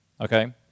okay